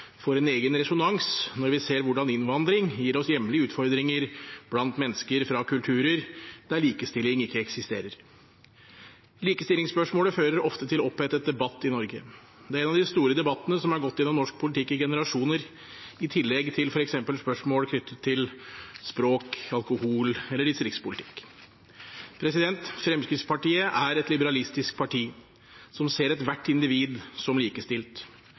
får en egen resonans når vi ser hvordan innvandring gir oss hjemlige utfordringer blant mennesker fra kulturer der likestilling ikke eksisterer. Likestillingsspørsmålet fører ofte til opphetet debatt i Norge. Det er en av de store debattene som har gått gjennom norsk politikk i generasjoner, i tillegg til f.eks. spørsmål knyttet til språk, alkohol eller distriktspolitikk. Fremskrittspartiet er et liberalistisk parti som ser ethvert individ som likestilt.